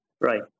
Right